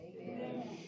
Amen